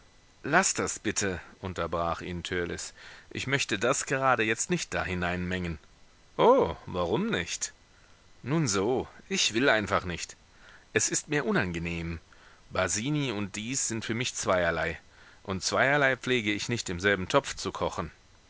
laß das bitte unterbrach ihn törleß ich möchte das gerade jetzt nicht da hineinmengen o warum nicht nun so ich will einfach nicht es ist mir unangenehm basini und dies sind für mich zweierlei und zweierlei pflege ich nicht im selben topf zu kochen